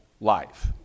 life